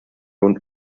und